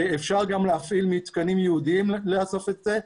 ואפשר גם להפעיל מתקנים ייעודיים לאסוף את זה.